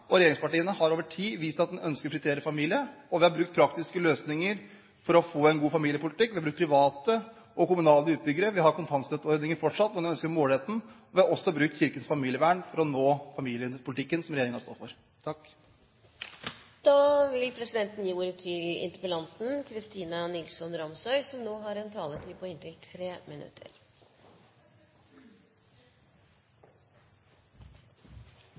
og regjeringspartiene – har over tid vist at den ønsker å prioritere familie, og vi har brukt praktiske løsninger for å få en god familiepolitikk. Vi har brukt private og kommunale utbyggere. Vi har kontantstøtteordningen fortsatt, men vi ønsker å målrette den. Vi har også brukt Kirkens Familievern for å nå fram i familiepolitikken som regjeringen står for. Jeg vil